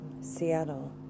Seattle